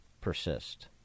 persist